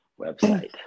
website